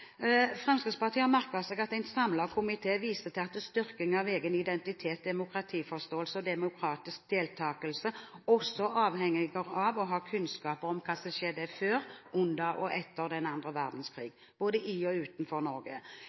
Fremskrittspartiet har merket seg at en samlet komité viser til at styrking av egen identitet, demokratiforståelse og demokratisk deltakelse også avhenger av å ha kunnskap om hva som skjedde før, under og etter annen verdenskrig, både i og utenfor Norge.